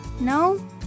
no